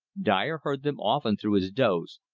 dyer heard them often through his doze,